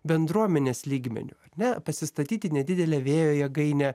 bendruomenės lygmeniu ar ne pasistatyti nedidelę vėjo jėgainę